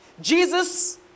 Jesus